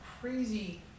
crazy